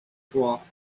draw